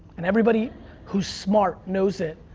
and everybody who's smart knows it.